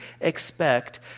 expect